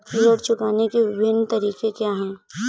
ऋण चुकाने के विभिन्न तरीके क्या हैं?